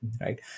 right